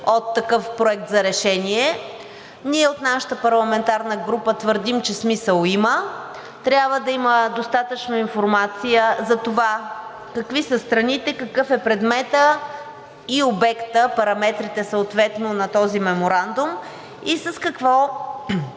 от такъв проект за решение. Ние от нашата парламентарна група твърдим, че смисъл има. Трябва да има достатъчно информация за това какви са страните, какъв е предметът и обектът, параметрите съответно на този меморандум, и с какво